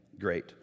great